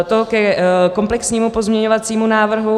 Tolik ke komplexnímu pozměňovacímu návrhu.